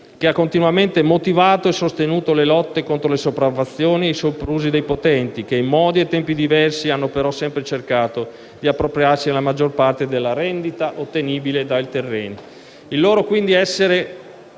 che ha continuamente motivato e sostenuto le lotte contro le sopraffazioni e i soprusi dei potenti che, in modi e tempi diversi, hanno però sempre cercato di appropriarsi della maggior parte della rendita ottenibile dai terreni.